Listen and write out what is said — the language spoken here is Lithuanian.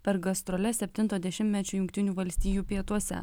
per gastroles septinto dešimtmečio jungtinių valstijų pietuose